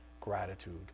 gratitude